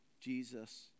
Jesus